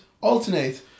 Alternate